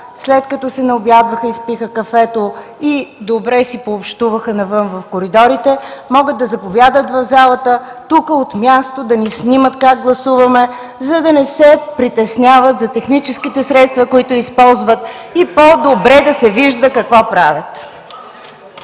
След като се наобядваха, изпиха кафето и добре си пообщуваха навън в коридорите, могат да заповядат в залата, тук, от място да ни снимат как гласуваме, за да не се притесняват за техническите средства, които използват, и по-добре да се вижда какво правят.